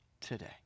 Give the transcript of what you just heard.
today